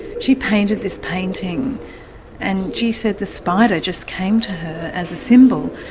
she painted this painting and she said the spider just came to her as a symbol.